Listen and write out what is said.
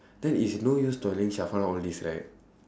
then it's no use to arrange all these right